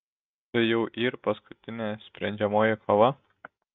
tai jau yr paskutinė sprendžiamoji kova